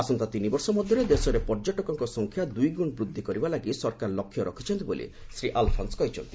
ଆସନ୍ତା ତିନିବର୍ଷ ମଧ୍ୟରେ ଦେଶରେ ପର୍ଯ୍ୟଟକଙ୍କ ସଂଖ୍ୟା ଦୁଇଗୁର କରିବା ଲାଗି ସରକାର ଲକ୍ଷ୍ୟ ରଖିଛନ୍ତି ବୋଲି ଶ୍ରୀ ଆଲଫନ୍ସ କହିଛନ୍ତି